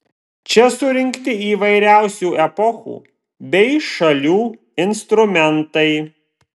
čia surinkti įvairiausių epochų bei šalių instrumentai